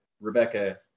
Rebecca